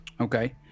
Okay